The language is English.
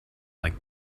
like